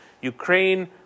Ukraine